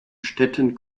städten